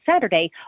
Saturday